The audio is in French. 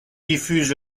diffuse